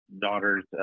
Daughter's